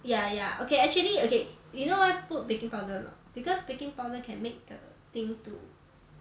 ya ya okay actually okay you know why put baking powder or not because baking powder can make the thing to